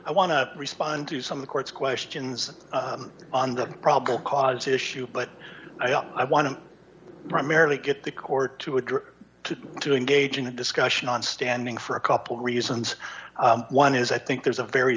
i want to respond to some of the court's questions on the probable cause issue but i want to merely get the court to agree to to engage in a discussion on standing for a couple of reasons one is i think there's a very